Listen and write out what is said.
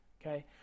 okay